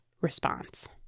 response